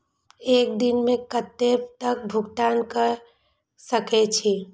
एक दिन में कतेक तक भुगतान कै सके छी